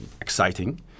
exciting